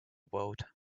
vote